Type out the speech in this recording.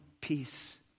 peace